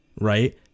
right